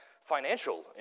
financial